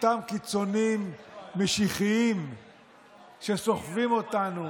אותם קיצונים משיחיים שסוחבים אותנו